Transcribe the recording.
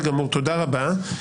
זה לא ריאלי בכלל.